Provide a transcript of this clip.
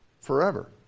forever